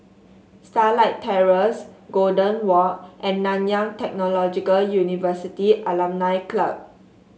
Starlight Terrace Golden Walk and Nanyang Technological University Alumni Club